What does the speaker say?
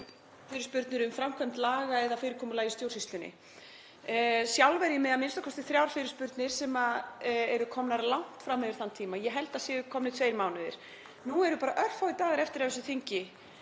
fyrirspurnir um framkvæmd laga eða fyrirkomulag í stjórnsýslunni. Sjálf er ég með a.m.k. þrjár fyrirspurnir sem eru komnar langt fram yfir þann tíma. Ég held að það séu komnir tveir mánuðir. Nú eru bara örfáir dagar eftir af þessu þingi